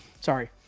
Sorry